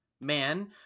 man